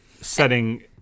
setting